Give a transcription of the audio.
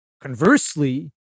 Conversely